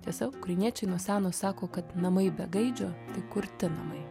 tiesa ukrainiečiai nuo seno sako kad namai be gaidžio tai kurti namai